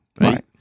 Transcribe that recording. right